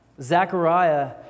Zechariah